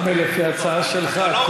הוא אומר: לפי ההצעה שלך,